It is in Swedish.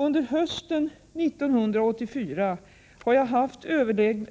Under hösten 1984